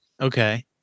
Okay